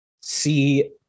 See